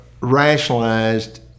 rationalized